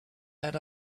led